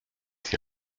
die